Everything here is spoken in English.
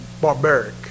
barbaric